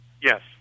Yes